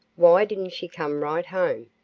why didn't she come right home?